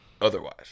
Otherwise